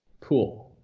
Pool